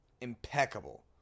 Impeccable